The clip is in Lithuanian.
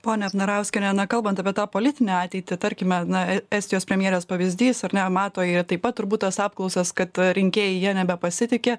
ponia abnarauskiene na kalbant apie tą politinę ateitį tarkime na e estijos premjeras pavyzdys ar ne mato jie taip pat turbūt tas apklausas kad rinkėjai jie nebepasitiki